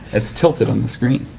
it's tilted on the screen.